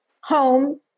home